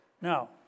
Now